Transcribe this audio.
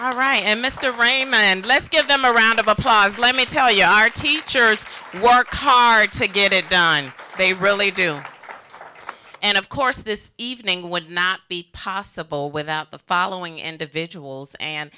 all right mr raymond let's give them a round of applause let me tell you our teachers who work hard to get it done they really do and of course this evening would not be possible without the following individuals and